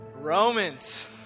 Romans